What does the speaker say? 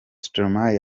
stromae